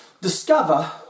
discover